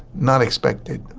not expected.